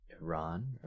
Iran